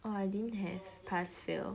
orh I didn't have pass fail